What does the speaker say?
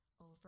over